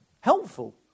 helpful